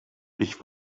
ich